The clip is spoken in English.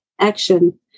action